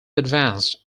advanced